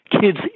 Kids